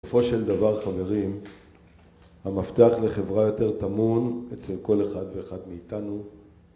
בסופו של דבר חברים, המפתח לחברה יותר טמון אצל כל אחד ואחת מאיתנו.